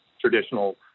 traditional